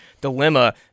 dilemma